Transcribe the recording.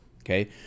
okay